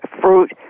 fruit